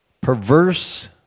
Perverse